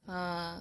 ah